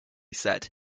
said